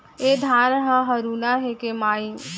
ए धान ह हरूना हे के माई?